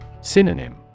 Synonym